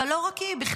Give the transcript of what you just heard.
אבל לא רק היא.